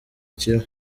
ikibi